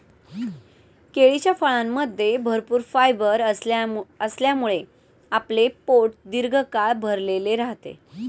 केळीच्या फळामध्ये भरपूर फायबर असल्यामुळे आपले पोट दीर्घकाळ भरलेले राहते